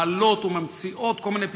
מעלות וממציאות כל מיני פתרונות,